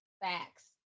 facts